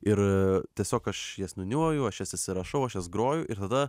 ir tiesiog aš jas nuniuoju aš jas įsirašau aš jas groju ir tada